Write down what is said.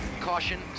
caution